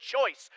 choice